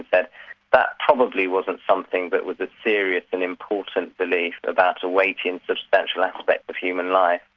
but that probably wasn't something that was a serious and important belief about a weighty and substantial aspect of human life.